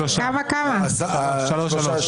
ההסתייגות הוסרה.